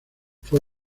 fue